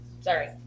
Sorry